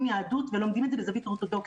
יהדות ולומדים את זה בזווית אורתודוכסית.